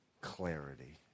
clarity